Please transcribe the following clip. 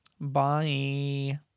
Bye